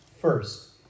First